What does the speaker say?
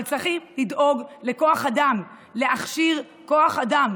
אבל צריכים לדאוג לכוח אדם, להכשיר כוח אדם.